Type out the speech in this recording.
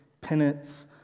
penance